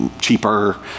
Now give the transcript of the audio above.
cheaper